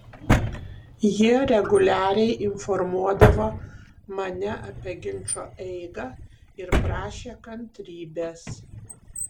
jie reguliariai informuodavo mane apie ginčo eigą ir prašė kantrybės